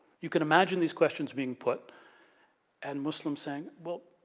you can imagine these questions being put and muslims saying, well,